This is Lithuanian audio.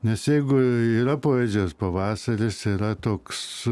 nes jeigu yra poezijos pavasaris yra toks